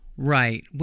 Right